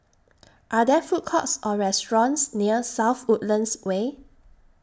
Are There Food Courts Or restaurants near South Woodlands Way